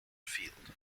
field